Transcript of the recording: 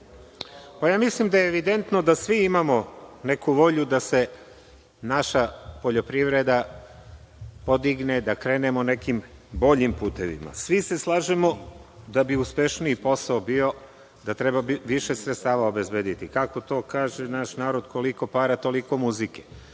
mislim da je evidentno da svi imamo neku volju da se naša poljoprivreda podigne, da krenemo nekim boljim putevima. Svi se slažemo da bi uspešniji posao bio da treba više sredstava obezbediti, kako to kaže naš narod – koliko para, toliko muzike,